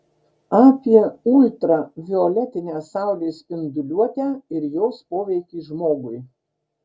apie ultravioletinę saulės spinduliuotę ir jos poveikį žmogui